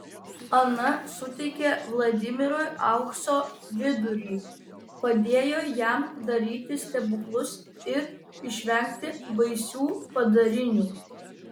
ana suteikė vladimirui aukso vidurį padėjo jam daryti stebuklus ir išvengti baisių padarinių